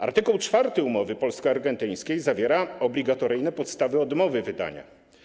Art. 4 umowy polsko-argentyńskiej zawiera obligatoryjne podstawy odmowy wydania.